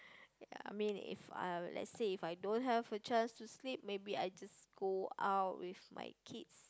ya I mean if uh let's say I don't have a chance to sleep maybe I just go out with my kids